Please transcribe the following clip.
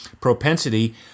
propensity